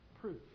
proof